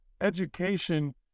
education